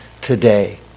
today